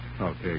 Okay